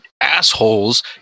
assholes